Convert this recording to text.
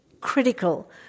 critical